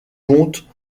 contes